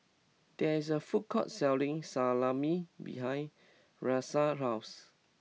there is a food court selling Salami behind Rahsaan's house